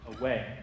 away